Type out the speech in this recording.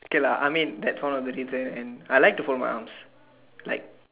okay lah I mean that's one of the reason and I like to fold my arms like